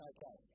Okay